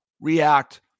react